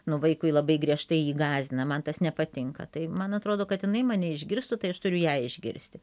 nu vaikui labai griežtai jį gąsdina man tas nepatinka tai man atrodo kad jinai mane išgirstų tai aš turiu ją išgirsti